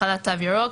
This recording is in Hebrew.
החלת תו ירוק.